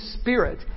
Spirit